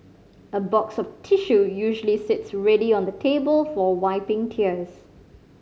a box of tissue usually sits ready on the table for wiping tears